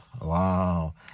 Wow